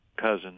cousin